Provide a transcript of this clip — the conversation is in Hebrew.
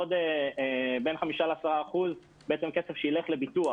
ועוד בין 5 ל-10 אחוזים, כסף שילך לביטוח.